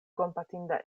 kompatinda